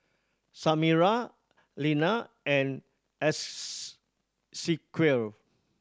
Samira Lenna and Esequiel